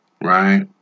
right